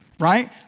right